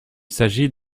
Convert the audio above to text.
s’agit